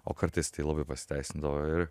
o kartais tai labai pasiteisindavo ir